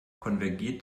konvergiert